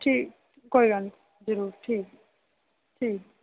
ठीक कोई गल्ल नेईं जरूर ठीक ऐ ठीक ओके